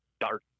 Dark